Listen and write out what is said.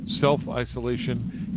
self-isolation